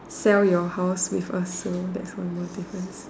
sell your house with us so that's one more difference